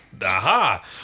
Aha